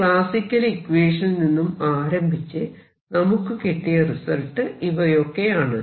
ഈ ക്ലാസിക്കൽ ഇക്വേഷനിൽ നിന്ന് ആരംഭിച്ച് നമുക്ക് കിട്ടിയ റിസൾട്ട് ഇവയൊക്കെയാണ്